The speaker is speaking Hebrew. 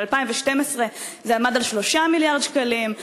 ב-2012 זה עמד על 3 מיליארד שקלים.